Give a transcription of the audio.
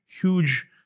huge